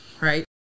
right